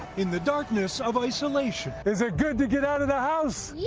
in the darkness of isolation. is it good to get out of the house? yeah